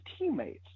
teammates